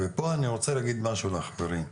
פה אני רוצה להגיד משהו לחברים,